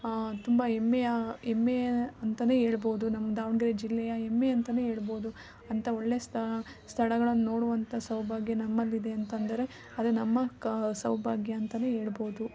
ತುಂಬ ಹೆಮ್ಮೆಯ ಹೆಮ್ಮೆ ಅಂತಲೇ ಹೇಳ್ಬೌದು ನಮ್ಮ ದಾವಣಗೆರೆ ಜಿಲ್ಲೆಯ ಹೆಮ್ಮೆ ಅಂತಲೇ ಹೇಳ್ಬೌದು ಅಂಥ ಒಳ್ಳೆಯ ಸ್ಥಳಗಳನ್ನು ನೋಡುವಂಥ ಸೌಭಾಗ್ಯ ನಮ್ಮಲ್ಲಿದೆ ಅಂತಂದರೆ ಅದು ನಮ್ಮ ಕ ಸೌಭಾಗ್ಯ ಅಂತಲೇ ಹೇಳ್ಬೌದು